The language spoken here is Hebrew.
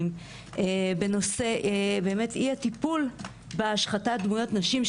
בנושא אי הטיפול בהשחתת דמויות נשים,